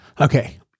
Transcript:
Okay